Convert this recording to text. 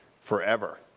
forever